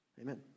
Amen